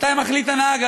מתי מחליט הנהג,